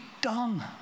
done